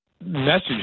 message